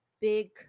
big